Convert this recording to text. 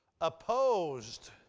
Opposed